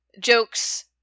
Jokes